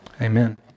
Amen